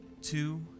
Two